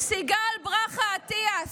סיגל ברכה אטיאס,